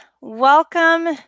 welcome